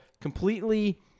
completely